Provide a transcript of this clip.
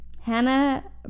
Hannah